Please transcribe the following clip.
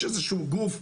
יש איזה שהוא גוף,